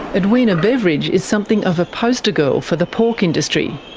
edwina beveridge is something of a poster-girl for the pork industry.